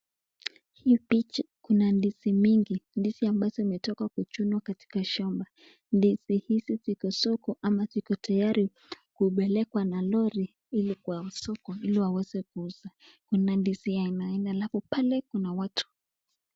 Hii picha kuna ndizi mingi. Ndizi ambazo imetoka kuchunwa katika shamba. Ndizi hizi ziko soko ama ziko tayari kupelekwa na lori ili kwa soko ili waweze kuuza. Kuna ndizi ya aina aina alafu pale kuna watu.